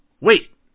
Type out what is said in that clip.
wait